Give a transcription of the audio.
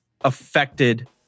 affected